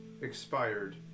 expired